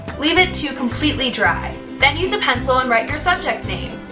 leave it to completely dry. then use a pencil and write your subject name.